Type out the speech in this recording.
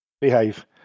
behave